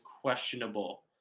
questionable